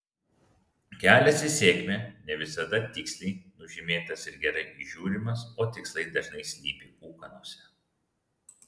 kelias į sėkmę ne visada tiksliai nužymėtas ir gerai įžiūrimas o tikslai dažnai slypi ūkanose